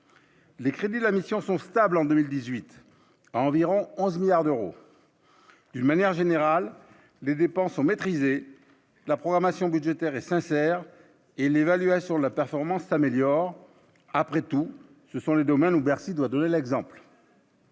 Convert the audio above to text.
Les crédits de la mission sont stables en 2018 à environ 11 milliards d'euros d'une manière générale, les dépenses ont maîtrisé la programmation budgétaire et sincère et l'évaluation de la performance s'améliore après tout, ce sont les domaines où Bercy doit donner l'exemple.